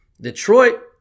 Detroit